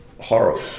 horrible